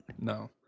no